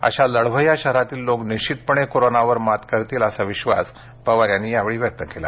अशा लढवय्या शहरातील लोक निश्चितपणे कोरोनावरही मात करतील असा विश्वास शरद पवार यांनी यावेळी व्यक्त केला